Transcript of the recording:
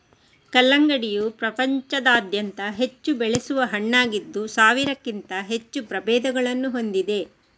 ಕಲ್ಲಂಗಡಿಯು ಪ್ರಪಂಚಾದ್ಯಂತ ಹೆಚ್ಚು ಬೆಳೆಸುವ ಹಣ್ಣಾಗಿದ್ದು ಸಾವಿರಕ್ಕಿಂತ ಹೆಚ್ಚು ಪ್ರಭೇದಗಳನ್ನು ಹೊಂದಿದೆ